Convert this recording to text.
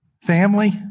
family